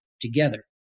together